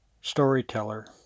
storyteller